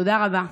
תודה רבה.